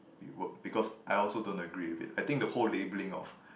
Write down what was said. rework because I also don't agree with it I think the whole labeling of